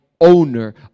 owner